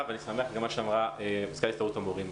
ואני שמח גם על מה שאמרה מזכ"לית הסתדרות המורים.